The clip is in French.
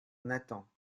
nathan